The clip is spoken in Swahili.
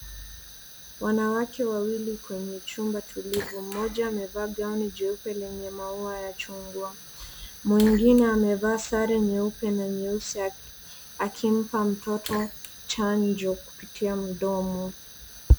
Wanawake wawili kwenye chumba tulivu mmoja amevaa ngauni jeupe yenye maua ya chungwa mwingine amevaa sare nyeupe na nyeusi akimpa mtoto chajo kupitia mdomo.